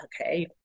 Okay